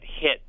hit